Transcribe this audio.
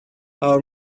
our